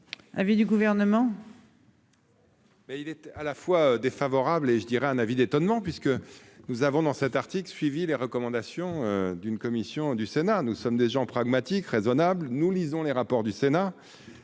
l'avis du Gouvernement ?